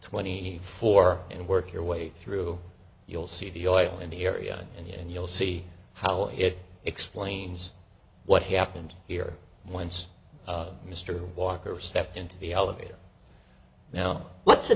twenty four and work your way through you'll see the oil in the area and you'll see how it explains what happened here once mr walker stepped into the elevator now what's a